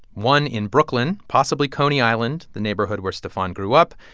one in brooklyn, possibly coney island, the neighborhood where stephon grew up,